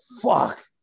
fuck